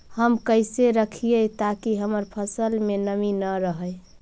हम कैसे रखिये ताकी हमर फ़सल में नमी न रहै?